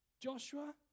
Joshua